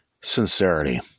sincerity